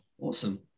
Awesome